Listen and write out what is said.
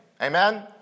Amen